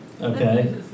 Okay